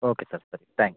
okay sir ಸರಿ thank